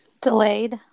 Delayed